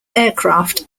aircraft